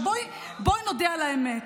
בואי נודה על האמת,